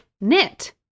Knit